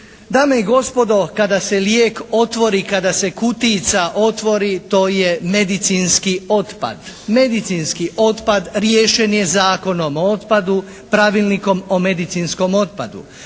Dame i gospodo kada se lijek otvori, kada se kutijica otvori to je medicinski otpad. Medicinski otpad riješen je Zakonom o otpadu, Pravilnikom o medicinskom otpadu,